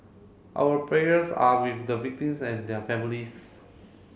our prayers are with the victims and their families